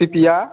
सीतिया